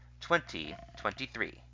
2023